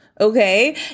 okay